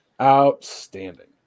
outstanding